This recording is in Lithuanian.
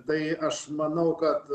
tai aš manau kad